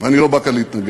ואני לא בא כאן להתנגח.